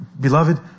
Beloved